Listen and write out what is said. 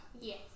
Yes